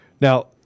Now